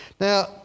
Now